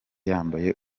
yambaye